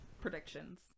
predictions